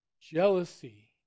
jealousy